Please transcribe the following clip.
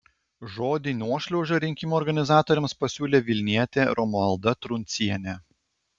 žodį nuošliauža rinkimų organizatoriams pasiūlė vilnietė romualda truncienė